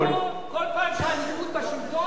כל פעם שהליכוד בשלטון זה קורה.